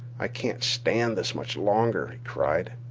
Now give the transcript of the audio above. i can't stand this much longer, he cried.